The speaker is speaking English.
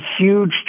huge